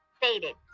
faded